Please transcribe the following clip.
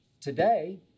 Today